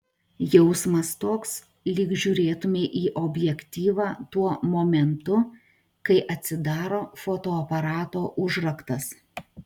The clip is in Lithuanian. jausmas toks lyg žiūrėtumei į objektyvą tuo momentu kai atsidaro fotoaparato užraktas